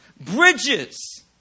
bridges